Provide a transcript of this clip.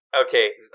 Okay